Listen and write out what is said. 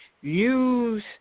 use